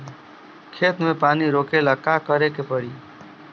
खेत मे पानी रोकेला का करे के परी?